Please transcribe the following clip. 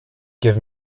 give